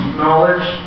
knowledge